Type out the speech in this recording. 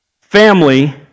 Family